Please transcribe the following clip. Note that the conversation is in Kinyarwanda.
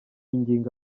ingingo